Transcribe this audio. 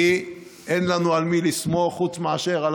כי אין לנו על מי לסמוך חוץ מאשר על